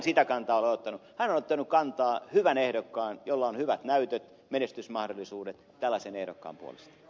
hän on ottanut kantaa hyvän ehdokkaan jolla on hyvät näytöt menestysmahdollisuudet tällaisen ehdokkaan puolesta